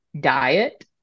diet